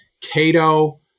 Cato